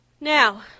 Now